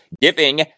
giving